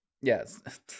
Yes